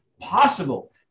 possible